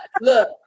Look